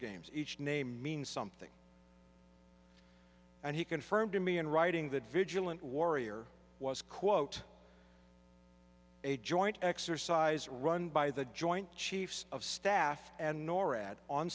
games each name means something and he confirmed to me in writing that vigilant warrior was quote a joint exercise run by the joint chiefs of staff and norad on